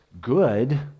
good